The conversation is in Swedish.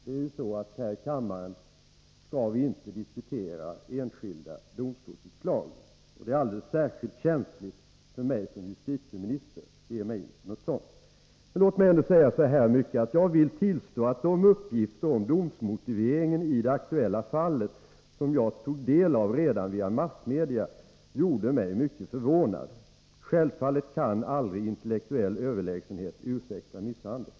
Det är ju så att här i kammaren skall vi inte diskutera enskilda domstolsutslag. Det är alldeles särskilt känsligt för mig som justitieminister att ge mig in på något sådant. Men låt mig ändå säga så här mycket: Jag vill tillstå att de uppgifter om domsmotiveringen i det aktuella fallet som jag tog del av redan via massmedia gjorde mig mycket förvånad. Självfallet kan aldrig intellektuell överlägsenhet ursäkta misshandel.